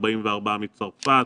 44 מצרפת,